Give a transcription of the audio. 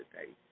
today